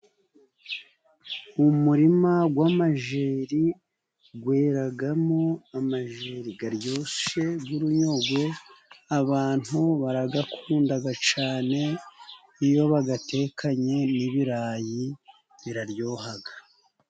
Umurima w'amajeri weramo amajeri aryoshye y'urunyogwe, abantu barayakunda cyane. Iyo bayatekanye n'ibirayi biraryoha.